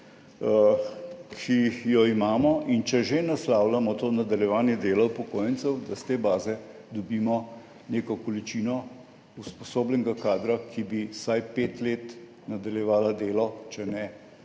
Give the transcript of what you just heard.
ki jo imamo, in če že naslavljamo to nadaljevanje dela upokojencev, da iz te baze dobimo neko količino usposobljenega kadra, ki bi vsaj pet let nadaljevali delo, če ne